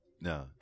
No